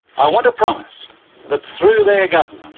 i want to promise that, through their government,